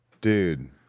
Dude